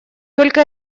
только